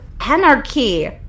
anarchy